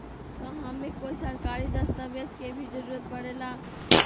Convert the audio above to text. का हमे कोई सरकारी दस्तावेज के भी जरूरत परे ला?